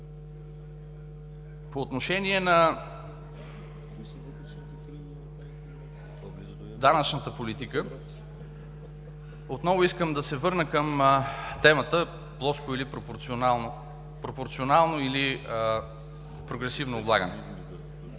По отношение на данъчната политика отново искам да се върна към темата плоско или пропорционално, пропорционално или прогресивно облагане.